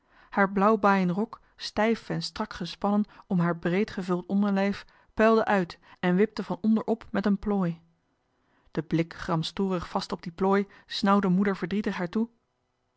haar blauwbaaien rok stijf en strak gespannen om haar breed gevuld onderlijf puilde uit en wipte van onder op met een plooi den blik gramstorig vast op die plooi snauwde moeder verdrietig haar toe